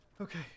Okay